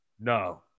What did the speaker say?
No